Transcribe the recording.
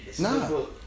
No